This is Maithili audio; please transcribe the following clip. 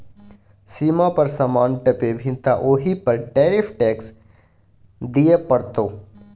सीमा पर समान टपेभी तँ ओहि पर टैरिफ टैक्स दिअ पड़तौ